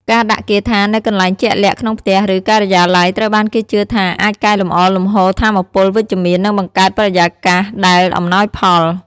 ការដាក់គាថានៅកន្លែងជាក់លាក់ក្នុងផ្ទះឬការិយាល័យត្រូវបានគេជឿថាអាចកែលម្អលំហូរថាមពលវិជ្ជមាននិងបង្កើតបរិយាកាសដែលអំណោយផល។